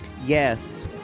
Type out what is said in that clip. Yes